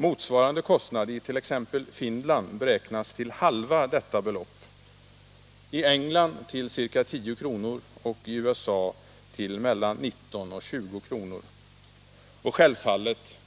Motsvarande kostnad beräknas i Finland till halva detta belopp, i England till ca 10 kr. och i USA till mellan 19 och 20 kr. Självfallet